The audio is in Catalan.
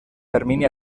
termini